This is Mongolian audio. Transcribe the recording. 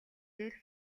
дээрх